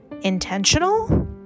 intentional